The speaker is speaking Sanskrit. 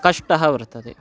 कष्टः वर्तते